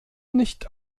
nicht